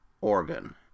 organ